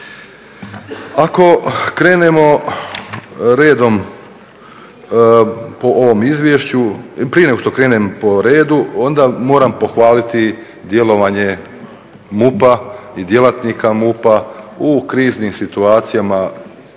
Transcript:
Ako krenemo redom po ovom izvješću prije nego krenem po redu onda moram pohvaliti djelovanje MUP-a i djelatnike MUP-a u kriznim situacijama i